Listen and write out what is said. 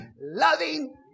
loving